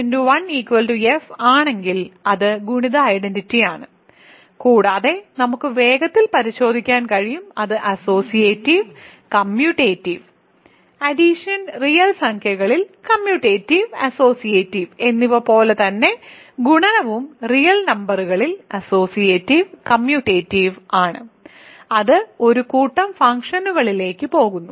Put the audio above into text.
1 f ആണെങ്കിൽ അത് ഗുണിത ഐഡന്റിറ്റിയാണ് കൂടാതെ നമുക്ക് വേഗത്തിൽ പരിശോധിക്കാൻ കഴിയും അത് അസ്സോസിയേറ്റീവ് കമ്മ്യൂട്ടേറ്റീവ് അഡിഷൻ റിയൽ സംഖ്യകളിൽ കമ്മ്യൂട്ടേറ്റീവ് അസ്സോസിറ്റീവ് എന്നിവ പോലെ തന്നെ ഗുണനവും റിയൽ നമ്പറുകളിൽ അസ്സോസിയേറ്റീവ് കമ്മ്യൂട്ടേറ്റീവ് ആണ് അത് ഒരു കൂട്ടം ഫംഗ്ഷനുകളിലേക്ക് പോകുന്നു